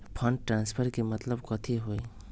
Fund transfer के मतलब कथी होई?